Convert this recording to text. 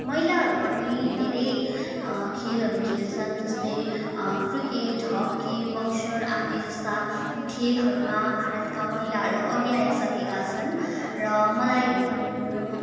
महिलाहरू पनि धेरै खेलहरू खेल्छन् जस्तै क्रिकेट हक्की बक्सर आदि जस्ता खेलहरूमा भारतका महिलाहरू अघि आइसकेका छन् र मलाई